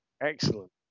excellent